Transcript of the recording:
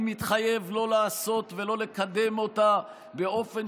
אני מתחייב לא לעשות ולא לקדם אותה באופן